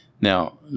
Now